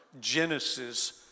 Genesis